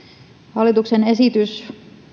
hallituksen esitys